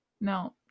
No